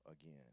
again